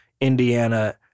Indiana